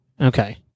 Okay